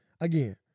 Again